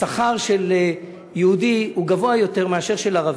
השכר של יהודי גבוה יותר מאשר של ערבי.